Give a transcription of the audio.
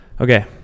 Okay